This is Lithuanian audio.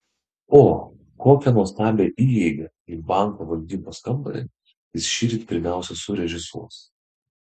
o kokią nuostabią įeigą į banko valdybos kambarį jis šįryt pirmiausia surežisuos